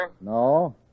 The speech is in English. No